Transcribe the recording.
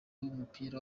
w’umupira